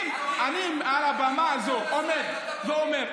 אני מדבר אליה ספציפית בנושא הזה.